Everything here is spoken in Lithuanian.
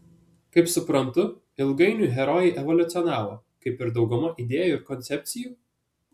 kaip suprantu ilgainiui herojai evoliucionavo kaip ir dauguma idėjų ir koncepcijų